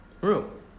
room